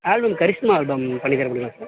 album Karishma album பண்ணித்தர முடியுமா sir